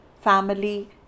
family